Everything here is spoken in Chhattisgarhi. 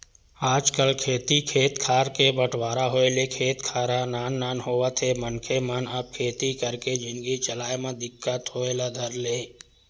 आजकल खेती खेत खार के बंटवारा होय ले खेत खार ह नान नान होवत हे मनखे मन अब खेती करके जिनगी चलाय म दिक्कत होय ल धरथे